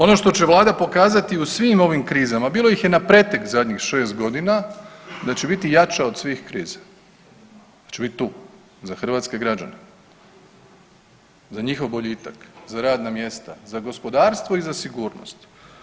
Ono što će Vlada pokazati u svim ovim krizama, bilo ih je na pretek zadnjih šest godina da će biti jača od svih kriza, da će biti tu za hrvatske građane, za njihov boljitak, za radna mjesta, za gospodarstvo i za sigurnost.